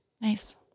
Nice